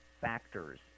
factors